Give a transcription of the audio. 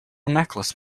necklace